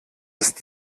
ist